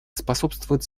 способствует